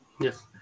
yes